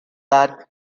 that